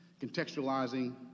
contextualizing